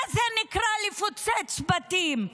מה זה נקרא לפוצץ בתים?